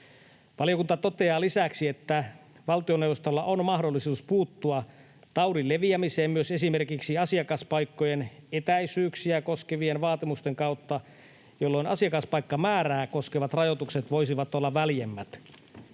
Valiokunta toteaa lisäksi, että valtioneuvostolla on mahdollisuus puuttua taudin leviämiseen myös esimerkiksi asiakaspaikkojen etäisyyksiä koskevien vaatimusten kautta, jolloin asiakaspaikkamäärää koskevat rajoitukset voisivat olla väljemmät.